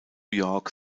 york